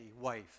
wife